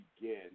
begin